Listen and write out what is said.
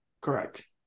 correct